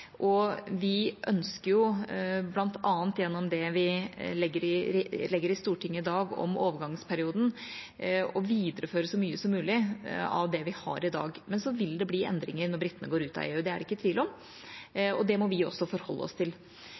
Vi ønsker – bl.a. gjennom det vi legger opp til i Stortinget i dag om overgangsperioden – å videreføre så mye som mulig av det vi har i dag. Men så vil det bli endringer når britene går ut av EU, det er det ikke tvil om, og det må vi også forholde oss til.